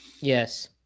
Yes